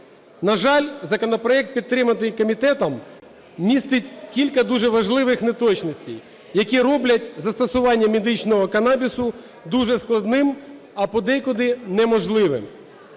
На жаль, законопроект, підтриманий комітетом, містить кілька дуже важливих неточностей, які роблять застосування медичного канабісу дуже складним, а подекуди неможливим.